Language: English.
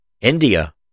India